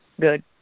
good